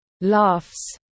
laughs